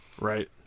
right